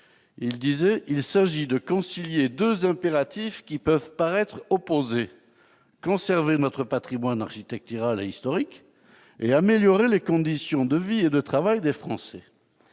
termes :« Il s'agit de concilier deux impératifs qui peuvent paraître opposés : conserver notre patrimoine architectural et historique et améliorer les conditions de vie et de travail des Français. »